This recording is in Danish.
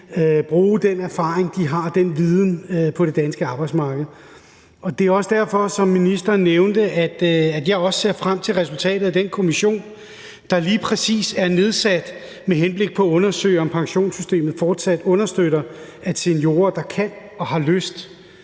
bruge den erfaring og den viden, de har, på det danske arbejdsmarked. Og det er også derfor, at jeg også ser frem til resultatet af den kommission, som ministeren nævnte, der lige præcis er nedsat med henblik på at undersøge, om pensionssystemet fortsat understøtter, at seniorer, der kan og har lyst,